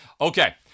Okay